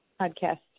podcast